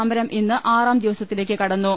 സമരം ഇന്ന് ആറാം ദിവസത്തേക്ക് കടന്നു